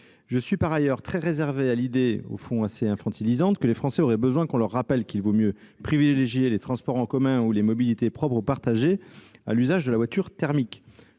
Je suis par ailleurs très réservé à l'idée, au fond assez infantilisante, que les Français auraient besoin qu'on leur rappelle qu'il vaut mieux privilégier les transports en commun ou les mobilités propres ou partagées à l'usage de la voiture thermique.